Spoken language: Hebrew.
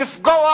לפגוע